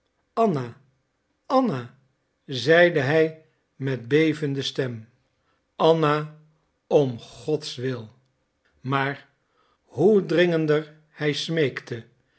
anna anna zeide hij met bevende stem anna om godswil maar hoe dringender hij smeekte